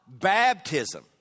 baptism